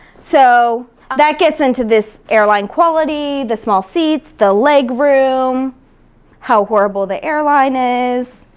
so that gets into this airline quality, the small seats, the legroom, how horrible the airline is.